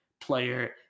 player